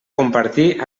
compartir